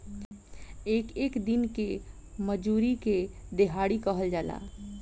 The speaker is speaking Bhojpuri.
एक एक दिन के मजूरी के देहाड़ी कहल जाला